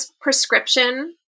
prescription